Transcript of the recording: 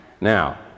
Now